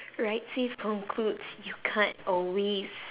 ride safe concludes you can't always